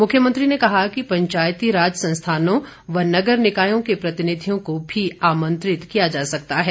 मुख्यमंत्री ने कहा कि पंचायती राज संस्थानों व नगर निकायों के प्रतिनिधियों को भी आमंत्रित किया जा सकता है